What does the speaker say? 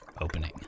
opening